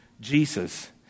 Jesus